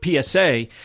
PSA